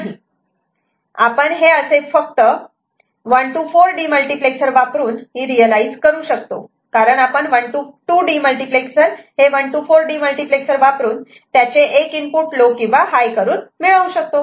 आपण हे असे फक्त 1 to 4 डीमल्टिप्लेक्सर वापरून ही रियलायझ करू शकतो कारण आपण 1 to 2 डीमल्टिप्लेक्सर हे 1 to 4 डीमल्टिप्लेक्सर वापरून त्याचे एक इनपुट लो किंवा हाय करून मिळवू शकतो